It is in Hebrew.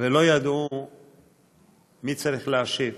ולא ידעו מי צריך להשיב,